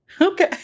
Okay